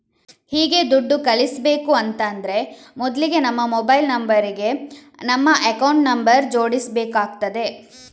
ಹೀಗೆ ದುಡ್ಡು ಕಳಿಸ್ಬೇಕು ಅಂತಾದ್ರೆ ಮೊದ್ಲಿಗೆ ನಮ್ಮ ಮೊಬೈಲ್ ನಂಬರ್ ಗೆ ನಮ್ಮ ಅಕೌಂಟ್ ನಂಬರ್ ಜೋಡಿಸ್ಬೇಕಾಗ್ತದೆ